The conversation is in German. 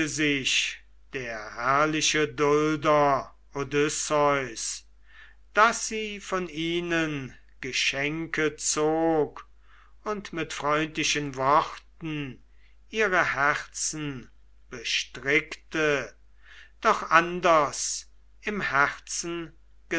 sich der herrliche dulder odysseus daß sie von ihnen geschenke zog und mit freundlichen worten ihre herzen bestrickte doch anders im herzen